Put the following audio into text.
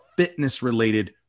fitness-related